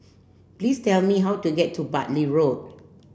please tell me how to get to Bartley Road